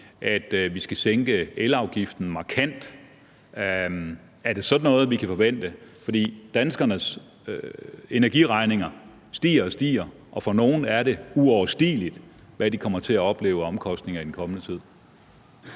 at vi skal sænke elafgiften markant. Er det sådan noget, vi kan forvente? For danskernes energiregninger stiger og stiger, og det, de kommer til at opleve af omkostninger i den kommende tid,